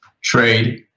trade